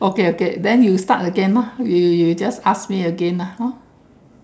okay okay then you start again ah you you just ask me again ah hor